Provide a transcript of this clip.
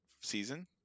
season